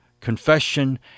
confession